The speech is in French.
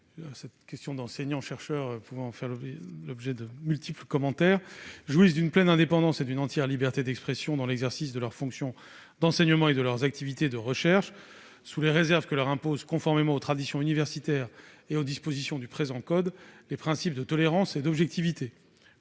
:« Les enseignants-chercheurs, les enseignants et les chercheurs jouissent d'une pleine indépendance et d'une entière liberté d'expression dans l'exercice de leurs fonctions d'enseignement et de leurs activités de recherche, sous les réserves que leur imposent, conformément aux traditions universitaires et aux dispositions du présent code, les principes de tolérance et d'objectivité.